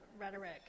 rhetoric